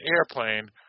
airplane